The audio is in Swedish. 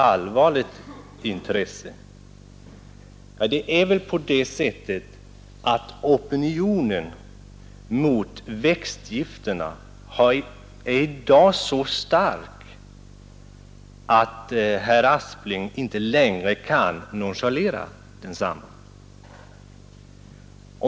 Ja, det är väl på det sättet att opinionen mot växtgifterna i dag är så stark att herr Aspling inte längre kan nonchalera densamma.